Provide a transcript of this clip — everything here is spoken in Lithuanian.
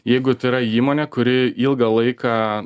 jeigu tai yra įmonė kuri ilgą laiką